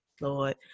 Lord